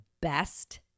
best